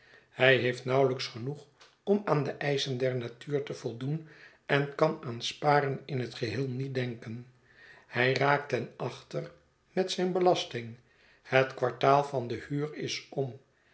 hij heeft nauwelijks genoeg om aan de eischen der natuur te voldoen en kan aan spar en in het geheel niet denken hij raakt ten achteren met zijn belasting het kwartaal van de huur is om